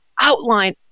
outline